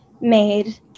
made